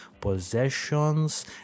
possessions